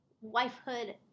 wifehood